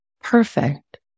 perfect